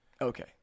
Okay